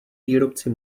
výrobci